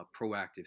proactive